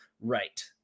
right